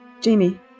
Jamie